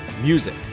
music